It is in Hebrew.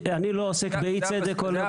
זה לא הנושא של